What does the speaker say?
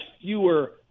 fewer